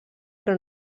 però